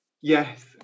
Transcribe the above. yes